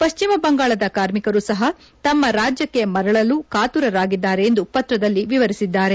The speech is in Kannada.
ಪಶ್ವಿಮ ಬಂಗಾಳದ ಕಾರ್ಮಿಕರು ಸಹ ತಮ್ಮ ರಾಜ್ಯಕ್ಕೆ ಮರಳಲು ಕಾತುರರಾಗಿದ್ದಾರೆ ಎಂದು ಪತ್ರದಲ್ಲಿ ವಿವರಿಸಿದ್ದಾರೆ